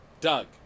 Doug